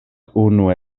unu